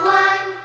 one